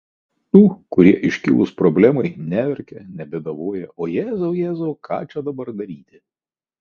aš esu iš tų kurie iškilus problemai neverkia nebėdavoja o jėzau jėzau ką čia dabar daryti